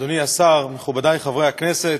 אדוני השר, מכובדי חברי הכנסת,